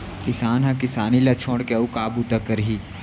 किसान ह किसानी ल छोड़ के अउ का बूता करही